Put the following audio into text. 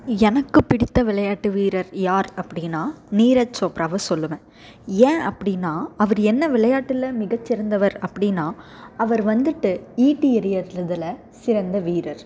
எனக்கு பிடித்த விளையாட்டு வீரர் யார் அப்படின்னா நீரச் சோப்ராவ சொல்லுவேன் ஏன் அப்படின்னா அவர் என்ன விளையாட்டில் மிக சிறந்தவர் அப்படின்னா அவர் வந்துட்டு ஈட்டி எரியர்த்தில் சிறந்த வீரர்